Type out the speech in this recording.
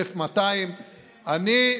1,200. אדוני השר,